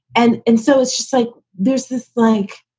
and and so it's just like there's this blank,